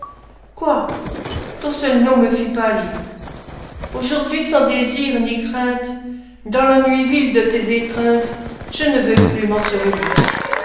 quoi ton seul nom me fit pâlir aujourd'hui sans désirs ni craintes dans l'ennui vil de tes étreintes je ne veux plus